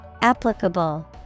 Applicable